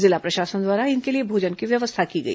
जिला प्रशासन द्वारा इनके लिए भोजन की व्यवस्था की गई